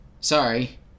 Sorry